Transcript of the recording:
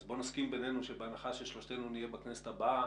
בוא נסכים בינינו שבהנחה ששלושתנו נהיה בכנסת הבאה,